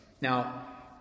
Now